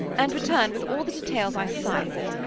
and return with all the details i sigh for,